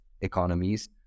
economies